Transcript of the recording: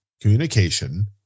Communication